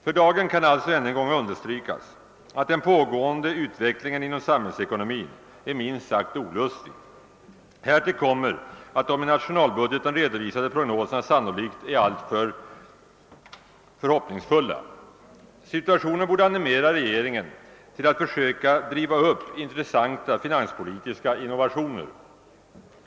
För dagen kan alltså ännu en gång understrykas att den pågående utvecklingen inom samhällsekonomin är minst sagt olustig. Härtill kommer att de i nationalbudgeten redovisade prognoserna sannolikt är alltför förhoppningsfulla. Situationen borde animera regeringen till att försöka driva upp intressanta finanspolitiska innovationer.